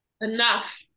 Enough